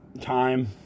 time